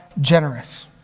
generous